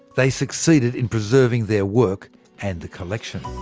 they succeeded in preserving their work and the collection.